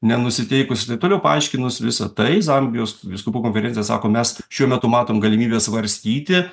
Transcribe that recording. nenusiteikus ir taip toliau paaiškinus visą tai zambijos vyskupų konferencija sako mes šiuo metu matom galimybę svarstyti